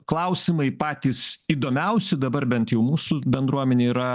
klausimai patys įdomiausi dabar bent jau mūsų bendruomenėj yra